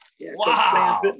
Wow